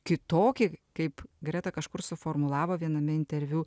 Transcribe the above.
kitokį kaip greta kažkur suformulavo viename interviu